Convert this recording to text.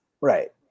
Right